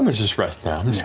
um just rest now,